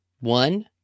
One